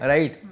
Right